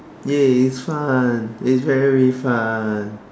!yay! it's fun it's very fun